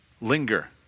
linger